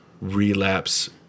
relapse